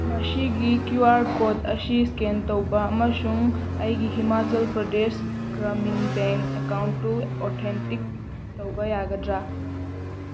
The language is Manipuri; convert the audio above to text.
ꯃꯁꯤꯒꯤ ꯀ꯭ꯌꯨ ꯑꯥꯔ ꯀꯣꯠ ꯑꯁꯤ ꯁ꯭ꯀꯦꯟ ꯇꯧꯕ ꯑꯃꯁꯨꯡ ꯑꯩꯒꯤ Himachal Pradesh Gramin bank account authentic ꯇꯧꯕ ꯌꯥꯒꯗ꯭ꯔꯥ